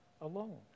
alone